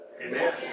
Amen